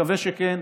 מקווה שכן.